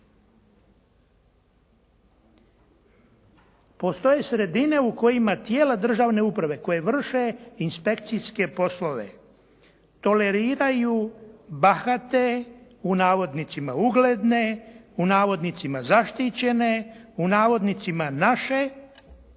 Postoje sredine u kojima tijela državne uprave koje vrše inspekcijske poslove toleriraju bahate "ugledne", "zaštićene", "naše" jer